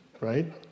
right